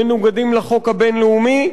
מנוגדים לחוק הבין-לאומי,